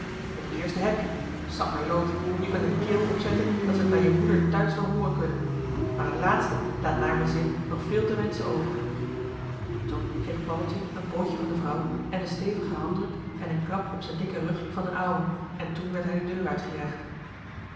het eerste heb-je sapperloot je kunt een keel opzetten dat ze t bij je moeder thuis wel hooren kunnen maar t laatste laat naar m'n zin nog veel te wenschen over toen kreeg paddeltje een pootje van de vrouw en een stevigen handdruk en een klap op z'n dikken rug van d'n ouwe en toen werd hij de deur uitgejaagd